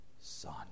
Son